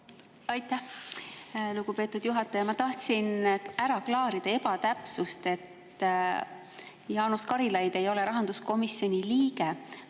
Aitäh, lugupeetud juhataja! Ma tahtsin ära klaarida ühe ebatäpsuse. Jaanus Karilaid ei ole rahanduskomisjoni liige,